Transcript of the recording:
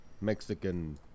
Mexican